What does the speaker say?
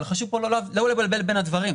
אבל חשוב פה לא לבלבל בין הדברים.